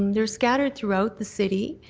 um they're scattered throughout the city.